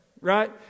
right